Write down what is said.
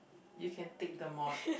you can take the mod